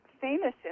famous